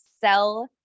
sell